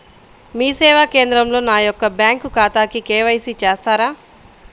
మీ సేవా కేంద్రంలో నా యొక్క బ్యాంకు ఖాతాకి కే.వై.సి చేస్తారా?